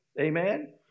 Amen